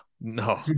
no